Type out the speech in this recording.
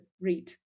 read